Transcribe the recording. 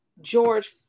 George